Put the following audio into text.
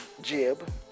Jib